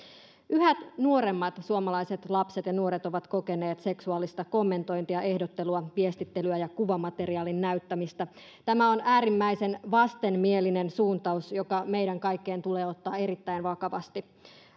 yhä nuoremmat suomalaiset lapset ja nuoret ovat kokeneet seksuaalista kommentointia ehdottelua viestittelyä ja kuvamateriaalin näyttämistä tämä on äärimmäisen vastanmielinen suuntaus joka meidän kaikkien tulee ottaa erittäin vakavasti